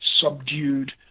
subdued